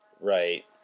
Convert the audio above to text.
Right